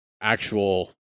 actual